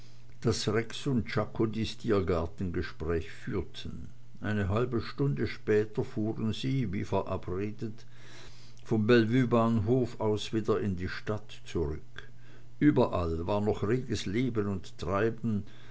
rex und czako dies tiergartengespräch führten eine halbe stunde später fuhren sie wie verabredet vom bellevuebahnhof aus wieder in die stadt zurück überall war noch ein reges leben und treiben